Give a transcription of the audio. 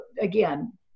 again